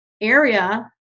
area